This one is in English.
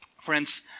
Friends